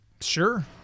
Sure